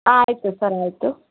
ಹಾಂ ಆಯಿತು ಸರ್ ಆಯಿತು